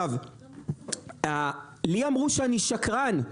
לי אמרו שאני שקרן,